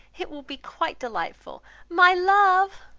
it will be quite delightful my love,